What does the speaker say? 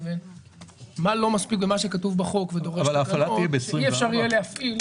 שאי אפשר יהיה להפעיל.